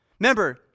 Remember